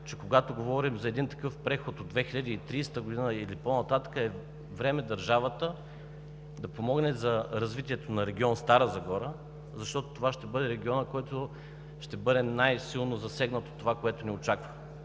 че когато говорим за един такъв преход от 2030 г. или по нататък, е време държавата да помогне за развитието на регион Стара Загора, защото това ще бъде регионът, който ще бъде най-силно засегнат от това, което ни очаква.